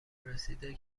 رسیده